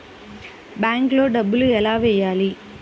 బ్యాంక్లో డబ్బులు ఎలా వెయ్యాలి?